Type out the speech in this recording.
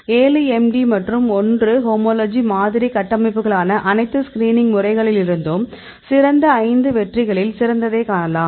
7 MD மற்றும் 1 homology மாதிரி கட்டமைப்புகளான அனைத்து ஸ்கிரீனிங் முறைகளிலிருந்தும் சிறந்த 5 வெற்றிகளில் சிறந்ததைக் காணலாம்